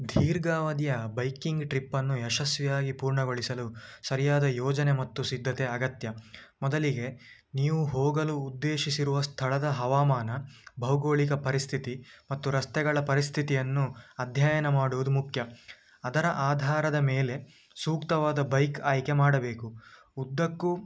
ದೀರ್ಘಾವಧಿಯ ಬೈಕಿಂಗ್ ಟ್ರಿಪ್ಪನ್ನು ಯಶಸ್ವಿಯಾಗಿ ಪೂರ್ಣಗೊಳಿಸಲು ಸರಿಯಾದ ಯೋಜನೆ ಮತ್ತು ಸಿದ್ಧತೆ ಅಗತ್ಯ ಮೊದಲಿಗೆ ನೀವು ಹೋಗಲು ಉದ್ದೇಶಿಸಿರುವ ಸ್ಥಳದ ಹವಾಮಾನ ಭೌಗೋಳಿಕ ಪರಿಸ್ಥಿತಿ ಮತ್ತು ರಸ್ತೆಗಳ ಪರಿಸ್ಥಿತಿಯನ್ನು ಅಧ್ಯಯನ ಮಾಡುವುದು ಮುಖ್ಯ ಅದರ ಆಧಾರದ ಮೇಲೆ ಸೂಕ್ತವಾದ ಬೈಕ್ ಆಯ್ಕೆ ಮಾಡಬೇಕು ಉದ್ದಕ್ಕು